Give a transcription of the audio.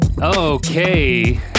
Okay